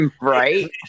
Right